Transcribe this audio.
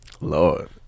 Lord